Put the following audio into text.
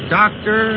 doctor